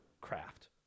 craft